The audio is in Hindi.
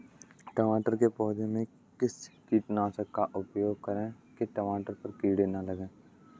टमाटर के पौधे में किस कीटनाशक का उपयोग करें कि टमाटर पर कीड़े न लगें?